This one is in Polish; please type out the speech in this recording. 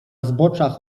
zboczach